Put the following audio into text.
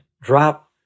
drop